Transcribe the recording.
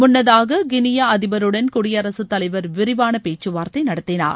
முன்னதாக கினியா அதிபருடன் குடியரசுத்தலைவர் விரிவான பேச்சுவார்த்தை நடத்தினார்